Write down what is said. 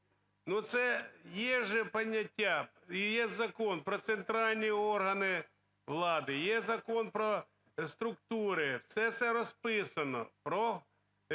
Ну, це є же поняття і є Закон про центральні органи влади, є Закон про структури, все це розписано про...